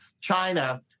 China